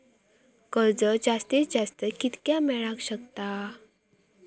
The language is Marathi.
कर्ज जास्तीत जास्त कितक्या मेळाक शकता?